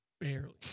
Barely